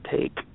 take